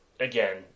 Again